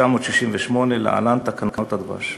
התשכ"ח 1968, להלן: תקנות הדבש.